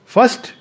First